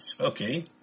Okay